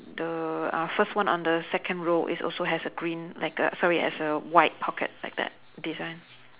the uh first one on the second row it's also has a green like a sorry has a white pocket like that design